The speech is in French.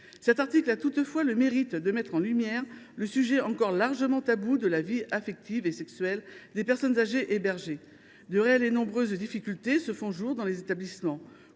Cet article a toutefois le mérite de mettre en lumière le sujet, encore largement tabou, de la vie affective et sexuelle des personnes âgées hébergées. De réelles et nombreuses difficultés se font jour dans les établissements.